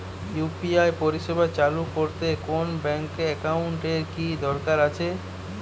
UPI পরিষেবা চালু করতে কোন ব্যকিং একাউন্ট এর কি দরকার আছে?